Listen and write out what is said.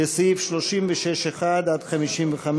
לסעיף 36(1) (55)